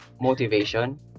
motivation